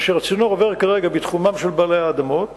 כאשר הצינור עובר כרגע בתחומם של בעלי האדמות